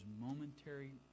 momentary